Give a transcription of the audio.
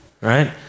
right